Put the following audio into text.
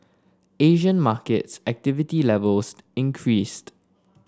Asian markets activity levels increased